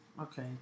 Okay